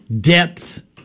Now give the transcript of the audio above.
depth